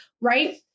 Right